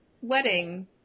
wedding